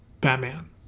Batman